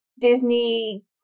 Disney